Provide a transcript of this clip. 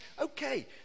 Okay